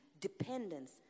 dependence